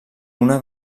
una